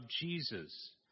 Jesus